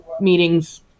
meetings